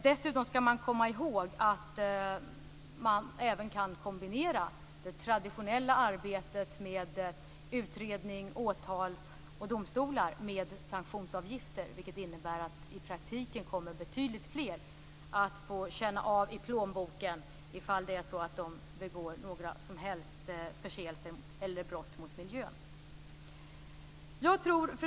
Dessutom skall man komma ihåg att det traditionella arbetet med utredning, åtal och domstolar kommer att kunna kombineras med sanktionsavgifter, vilket innebär att det i praktiken blir betydligt fler som kommer att få känna av i plånboken ifall de begår några som helst brott eller förseelser mot miljön. Fru talman!